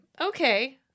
Okay